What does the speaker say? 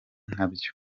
nkabyo